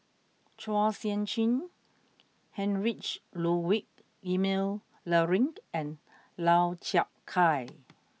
Chua Sian Chin Heinrich Ludwig Emil Luering and Lau Chiap Khai